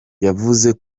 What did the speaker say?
yavuzemo